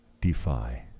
defy